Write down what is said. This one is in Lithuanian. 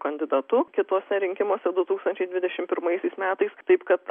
kandidatu kituose rinkimuose du tūkstančiai dvidešimt pirmaisiais metais metais taip kad